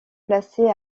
placés